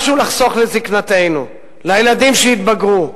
משהו לחסוך לזיקנתנו, לילדים שיתבגרו,